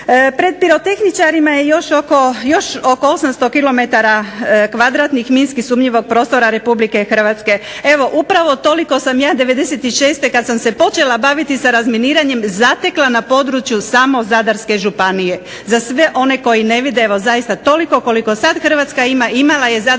Pred pirotehničarima još oko 800 km2 minski sumnjivog prostora RH. Evo upravo sam toliko ja '96. kada sam se počela baviti razminiranjem zatekla na području samo Zadarske županije. Za sve oni koji ne vide zaista toliko koliko sada Hrvatska ima imala je Zadarska županija